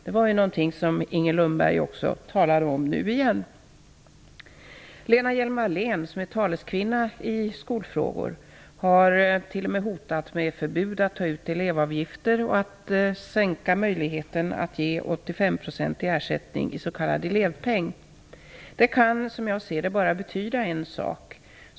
Detta är något som Inger Lundberg också talar om nu igen. Lena Hjelm-Wallén, som är taleskvinna i skolfrågor, har t.o.m. hotat med förbud att ta ut elevavgifter och att minska möjligheten att ge 85 % ersättning i s.k. elevpeng. Det kan som jag ser det bara betyda en sak.